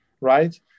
right